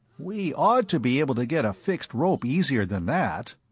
we ought to be able to get a fixed rope easier than that,